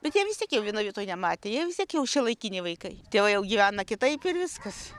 bet jie vis tiek jau vienoj vietoj nematę jie vis tiek jau šiuolaikiniai vaikai tėvai jau gyvena kitaip ir viskas